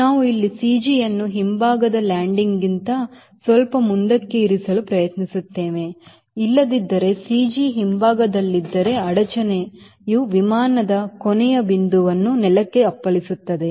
ನಾವು ಇಲ್ಲಿ CG ಯನ್ನು ಹಿಂಭಾಗದ ಲ್ಯಾಂಡಿಂಗ್ಗಿಂತ ಸ್ವಲ್ಪ ಮುಂದಕ್ಕೆ ಇರಿಸಲು ಪ್ರಯತ್ನಿಸುತ್ತೇವೆ ಇಲ್ಲದಿದ್ದರೆ CG ಹಿಂಭಾಗದಲ್ಲಿದ್ದರೆ ಅಡಚಣೆಯು ವಿಮಾನದ ಕೊನೆಯ ಬಿಂದುವನ್ನು ನೆಲಕ್ಕೆ ಅಪ್ಪಳಿಸುತ್ತದೆ